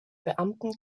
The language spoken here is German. beamten